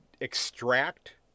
extract